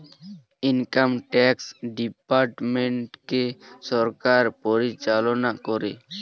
income tax ডিপার্টমেন্টকে সরকার পরিচালনা করে